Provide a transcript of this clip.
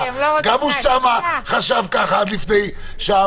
גם אוסאמה חשב ככה עד לפני שעה,